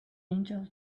angel